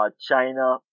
China